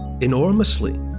enormously